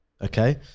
Okay